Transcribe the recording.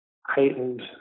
heightened